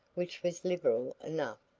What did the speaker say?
which was liberal enough,